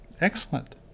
Excellent